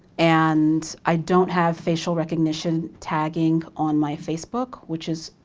and i don't have facial recognition tagging on my facebook which is,